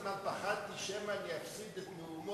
ואת מוחמד ברכה ואת אחמד טיבי, ולקראת סוף הלילה,